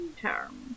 term